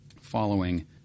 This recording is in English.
Following